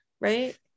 right